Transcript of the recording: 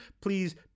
please